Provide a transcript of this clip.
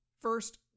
First